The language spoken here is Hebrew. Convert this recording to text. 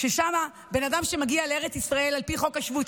ששם בן אדם שמגיע לארץ ישראל על פי חוק השבות